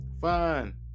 fine